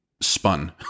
spun